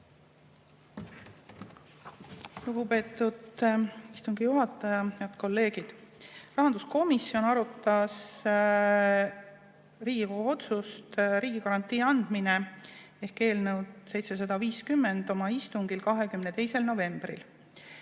Lugupeetud istungi juhataja! Head kolleegid! Rahanduskomisjon arutas Riigikogu otsust "Riigigarantii andmine" ehk eelnõu 750 oma istungil 22. novembril.